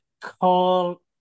call